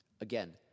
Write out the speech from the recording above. Again